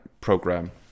program